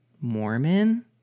Mormon